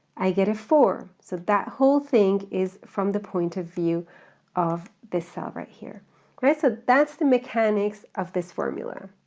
i get a four. so that whole thing is from the point of view of this cell right here. so that's the mechanics of this formula.